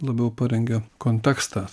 labiau parengia kontekstą